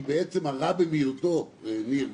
שהיא בעצם הרע במיעוטו ניר,